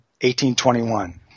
1821